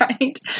Right